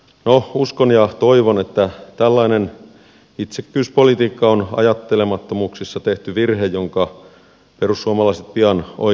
no uskon ja toivon että tällainen itsekkyyspolitiikka on ajattelemattomuuksissa tehty virhe jonka perussuomalaiset pian oikaisevat